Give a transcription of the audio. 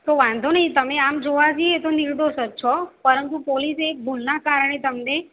તો વાંધો નહીં તમે આમ જોવા જઈએ તો નિર્દોષ જ છો પરંતુ પોલીસે એક ભૂલનાં કારણે તમને